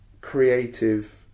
creative